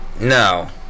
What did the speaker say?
no